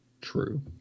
True